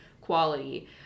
quality